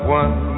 one